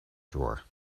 drawer